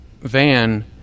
van